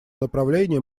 направлении